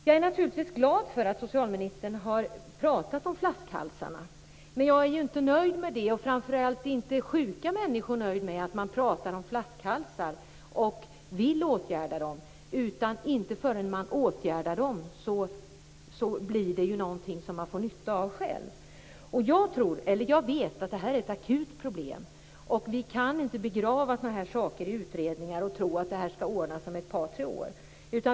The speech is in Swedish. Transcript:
Jag är naturligtvis glad över att socialministern har pratat om flaskhalsarna, men jag är inte nöjd med det, och framför allt är inte sjuka människor nöjda med att man pratar om flaskhalsar och vill åtgärda dem. Inte förrän de har åtgärdats blir det till någonting som de får nytta av. Jag vet att det här är ett akut problem. Vi kan inte begrava sådana här saker i utredningar och tro att det skall ordna sig om ett par tre år.